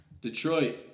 Detroit